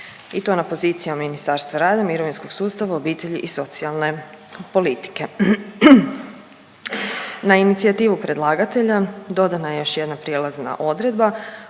i to na poziciji Ministarstva rada, mirovinskog sustava, obitelji i socijalne politike. Na inicijativu predlagatelja dodana je još jedna prijelazna odredba